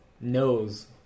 Knows